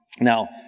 Now